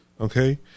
okay